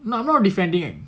no I'm not defending it